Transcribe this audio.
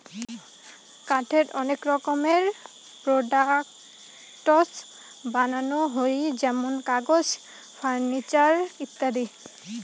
কাঠের অনেক রকমের প্রোডাক্টস বানানো হই যেমন কাগজ, ফার্নিচার ইত্যাদি